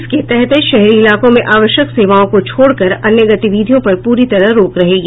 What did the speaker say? इसके तहत शहरी इलाकों में आवश्यक सेवाओं को छोड़कर अन्य गतिविधियों पर पूरी तरह रोक रहेगी